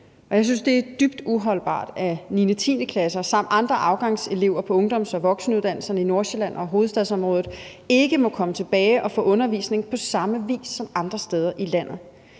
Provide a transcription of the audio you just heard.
det er dybt uholdbart, at 9.- og 10.-klasser samt andre afgangselever på ungdoms- og voksenuddannelserne i Nordsjælland og hovedstadsområdet ikke må komme tilbage og få undervisning på samme vis som andre steder i landet.